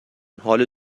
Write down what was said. حال